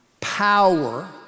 power